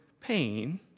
pain